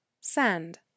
Sand